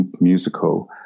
musical